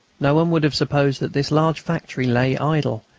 no one would have supposed that this large factory lay idle,